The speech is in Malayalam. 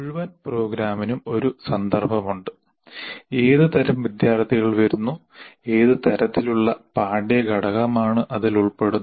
മുഴുവൻ പ്രോഗ്രാമിനും ഒരു സന്ദർഭമുണ്ട് ഏതുതരം വിദ്യാർത്ഥികൾ വരുന്നു ഏത് തരത്തിലുള്ള പാഠ്യ ഘടകമാണ് അതിൽ ഉൾപ്പെടുന്നത്